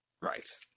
Right